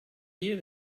here